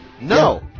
No